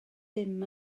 dim